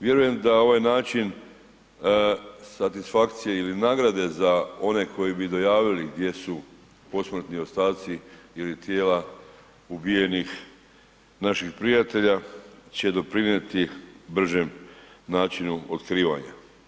Vjerujem da ovaj način satisfakcije ili nagrade za one koji bi dojavili gdje su posmrtni ostaci ili tijela ubijenih naših prijatelja će doprinijeti bržem načinu otkrivanja.